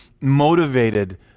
motivated